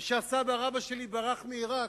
וכשסבא רבא שלי ברח מעירק,